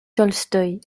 tolstoï